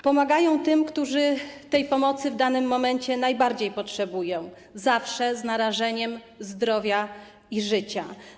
Pomagają tym, którzy tej pomocy w danym momencie najbardziej potrzebują, zawsze z narażeniem zdrowia i życia.